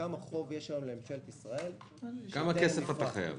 כמה חוב יש לממשלת ישראל שטרם נפרע.